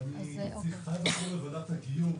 אני חייב לחזור לוועדת הגיור,